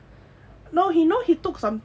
no he know he took something